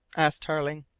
asked tarling.